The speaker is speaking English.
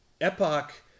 Epoch